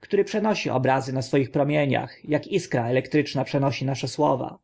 który przenosi obrazy na swoich promieniach ak iskra elektryczna przenosi nasze słowa